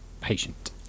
patient